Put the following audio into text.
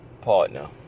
partner